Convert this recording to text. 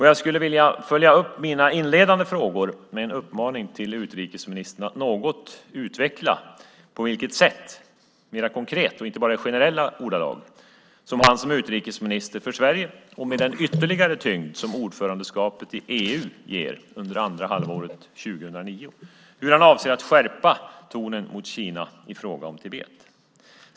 Jag skulle vilja följa upp mina inledande frågor med en uppmaning till utrikesministern att något utveckla på vilket sätt mer konkret, inte bara i generella ordalag, han som utrikesminister för Sverige och med den ytterligare tyngd som ordförandeskapet i EU ger under andra halvåret 2009, avser att skärpa tonen mot Kina i fråga om Tibet.